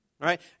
right